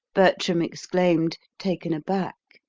bertram exclaimed, taken aback.